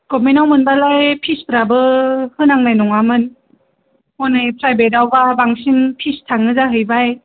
government आव मोनबालाय फिस फ्राबो होनांनाय नङामोन हनै फ्रायबेद आवबा बांसिन फिस थांङो जाहैबाय